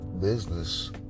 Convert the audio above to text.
business